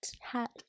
hat